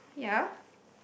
yeah